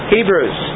Hebrews